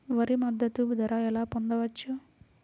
వరి మద్దతు ధర ఎలా పొందవచ్చు?